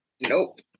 nope